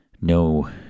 no